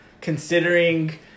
considering